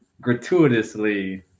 gratuitously